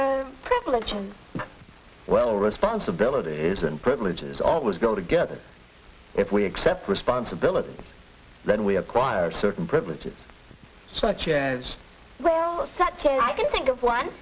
and well responsibility is and privileges always go together if we accept responsibility then we acquire certain privileges such as well such i can think of one